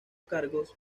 cargos